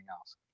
else